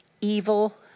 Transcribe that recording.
evil